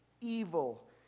evil